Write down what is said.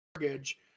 mortgage